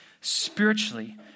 spiritually